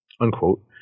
unquote